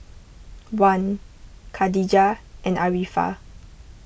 Wan Khadija and Arifa